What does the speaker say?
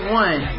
one